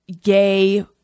gay